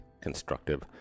constructive